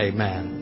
Amen